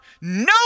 No